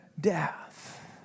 death